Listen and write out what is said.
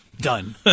Done